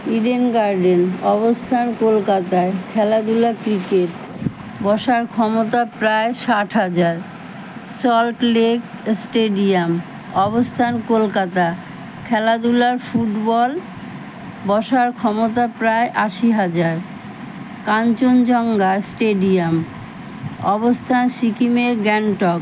Eden Garden অবস্থান কলকাতায় খেলাধূলা ক্রিকেট বসার ক্ষমতা প্রায় ষাট হাজার সল্টলেক স্টেডিয়াম অবস্থান কলকাতা খেলাধূলা ফুটবল বসার ক্ষমতা প্রায় আশি হাজার কাঞ্চনজঙ্ঘা স্টেডিয়াম অবস্থান সিকিমের গ্যাংটক